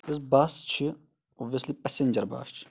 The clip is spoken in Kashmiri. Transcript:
یۄس بَس چھِ اوبویسلی پیسنجر بَس چھِ